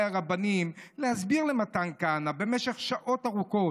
הרבנים להסביר למתן כהנא במשך שעות ארוכות.